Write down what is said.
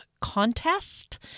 contest